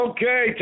Okay